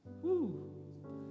Woo